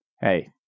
hey